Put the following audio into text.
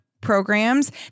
programs